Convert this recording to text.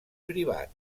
privat